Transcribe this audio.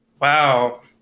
wow